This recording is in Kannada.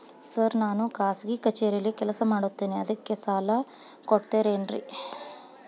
ಸರ್ ನಾನು ಖಾಸಗಿ ಕಚೇರಿಯಲ್ಲಿ ಕೆಲಸ ಮಾಡುತ್ತೇನೆ ಅದಕ್ಕೆ ಸಾಲ ಕೊಡ್ತೇರೇನ್ರಿ?